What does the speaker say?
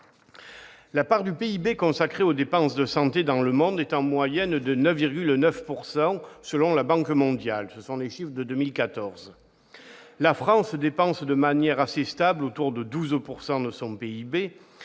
La part du PIB consacrée aux dépenses de santé dans le monde est en moyenne de 9,92 % selon la Banque mondiale- ce sont les chiffres de 2014. La France dépense de manière assez stable environ 12 % de son PIB,